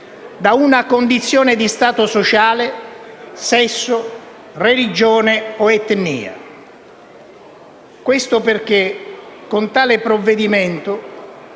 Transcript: da una condizione di Stato sociale, sesso, religione o etnia. Questo perché con tale provvedimento